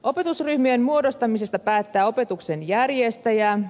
opetusryhmien muodostamisesta päättää opetuksen järjestäjä